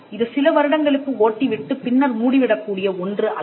இது சில வருடங்களுக்கு ஓட்டி விட்டுப் பின்னர் மூடி விடக்கூடிய ஒன்று அல்ல